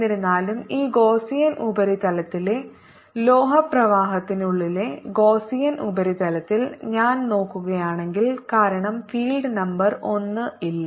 എന്നിരുന്നാലും ഈ ഗോസ്സ്സിയൻ ഉപരിതലത്തിലെ ലോഹപ്രവാഹത്തിനുള്ളിലെ ഗോസ്സ്സിയൻ ഉപരിതലത്തിൽ ഞാൻ നോക്കുകയാണെങ്കിൽ കാരണം ഫീൽഡ് നമ്പർ 1 ഇല്ല